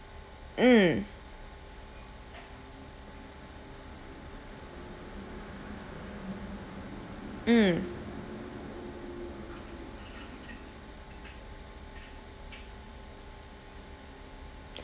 mm mm